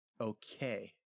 okay